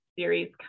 Series